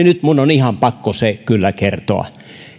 nyt minun on ihan pakko se kyllä kertoa